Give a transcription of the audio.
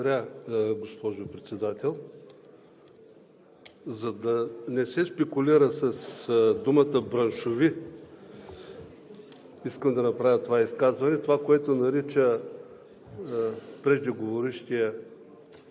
Благодаря, госпожо Председател. За да не се спекулира с думата „браншови“, искам да направя това изказване. Това, което нарича преждеговорившият